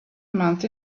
month